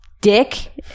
dick